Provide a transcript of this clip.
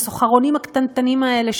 ה"סוחרונים" הקטנטנים האלה,